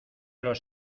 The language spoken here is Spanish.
los